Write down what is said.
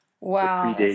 Wow